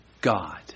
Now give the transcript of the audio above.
God